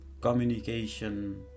communication